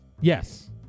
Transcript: yes